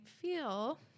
feel